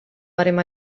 barem